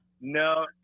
No